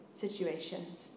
situations